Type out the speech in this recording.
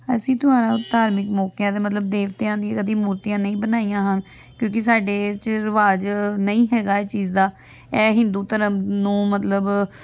ਅਸੀਂ ਧੋਆ ਧਾਰਮਿਕ ਮੌਕਿਆਂ ਦਾ ਮਤਲਬ ਦੇਵਤਿਆਂ ਦੀ ਕਦੀ ਮੂਰਤੀਆਂ ਨਹੀਂ ਬਣਾਈਆਂ ਹਨ ਕਿਉਂਕਿ ਸਾਡੇ 'ਚ ਰਿਵਾਜ਼ ਨਹੀਂ ਹੈਗਾ ਇਹ ਚੀਜ਼ ਦਾ ਇਹ ਹਿੰਦੂ ਧਰਮ ਨੂੰ ਮਤਲਬ